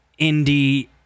indie